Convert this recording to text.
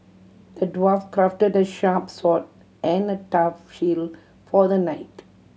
the dwarf crafted a sharp sword and a tough shield for the knight